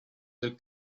del